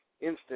instant